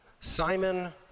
Simon